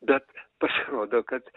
bet pasirodo kad